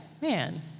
man